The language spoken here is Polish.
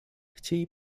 chcieli